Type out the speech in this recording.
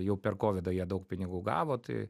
jau per kovidą jie daug pinigų gavo tai